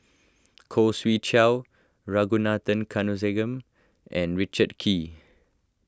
Khoo Swee Chiow Ragunathar and Richard Kee